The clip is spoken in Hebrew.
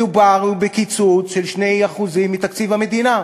מדובר בקיצוץ של 2% מתקציב המדינה.